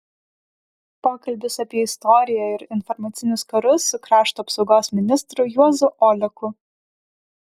pokalbis apie istoriją ir informacinius karus su krašto apsaugos ministru juozu oleku